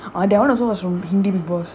ah that [one] also was fromn hindi bigg boss